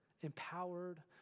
empowered